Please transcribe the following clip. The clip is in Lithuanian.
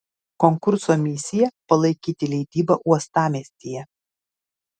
konkurso misija palaikyti leidybą uostamiestyje